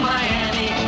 Miami